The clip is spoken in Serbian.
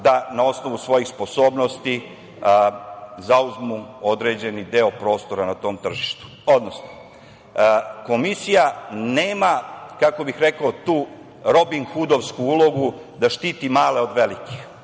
da, na osnovu svojih sposobnosti, zauzmu određeni deo prostora na tom tržištu, odnosno Komisija nema, kako bih rekao, tu robinhudovsku ulogu da štiti male od velikih.